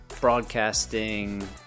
broadcasting